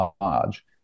large